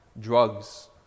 drugs